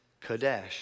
Kadesh